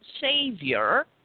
Savior